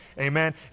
Amen